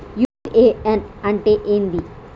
UAN అంటే ఏంది?